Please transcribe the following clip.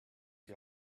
die